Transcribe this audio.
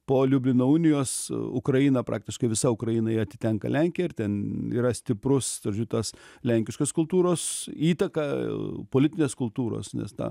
po liublino unijos ukraina praktiškai visa ukrainai atitenka lenkijai ir ten yra stiprus žodžiu tas lenkiškos kultūros įtaka politinės kultūros nes ta